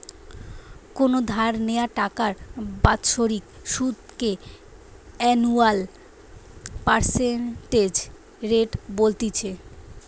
কোনো ধার নেওয়া টাকার বাৎসরিক সুধ কে অ্যানুয়াল পার্সেন্টেজ রেট বলতিছে